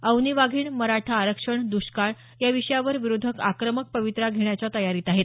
अवनी वाघीण मराठा आरक्षण दुष्काळ या विषयावर विरोधक आक्रमक पवित्रा घेण्याच्या तयारीत आहेत